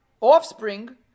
offspring